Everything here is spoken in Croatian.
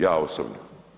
Ja osobno.